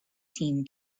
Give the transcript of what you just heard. team